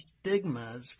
stigmas